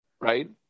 right